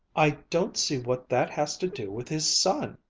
i don't see what that has to do with his son.